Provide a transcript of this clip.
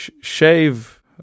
shave